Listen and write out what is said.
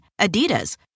Adidas